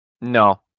No